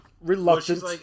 reluctant